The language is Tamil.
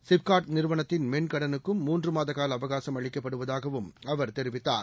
சிப்காட் நிறுவனத்தின் மென் கடலுக்கும் மூன்று மாத காலஅவகாசம் அளிக்கப்படுவதாகவும் அவர் தெரிவித்தார்